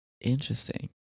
Interesting